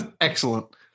excellent